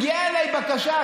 מגיעה אליי בקשה,